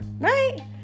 right